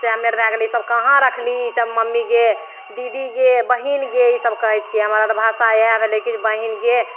से हमे आओर भै गेलै ईसब कहाँ रखलही ईसब मम्मी गे दीदी गे बहिन गे ईसब कहै छिए हमरा आओरके भाषा इएह भेलै कि जे बहिन गे